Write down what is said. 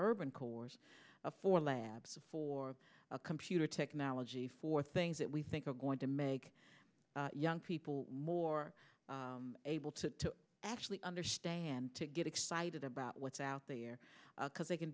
urban cores for labs for a computer technology for things that we think are going to make young people more able to actually understand to get excited about what's out there because they can